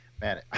man